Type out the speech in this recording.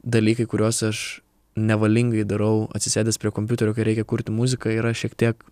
dalykai kuriuos aš nevalingai darau atsisėdęs prie kompiuterio kai reikia kurti muziką yra šiek tiek